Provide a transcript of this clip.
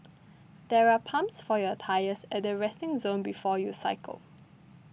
there are pumps for your tyres at the resting zone before you cycle